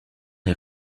les